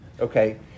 Okay